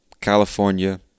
California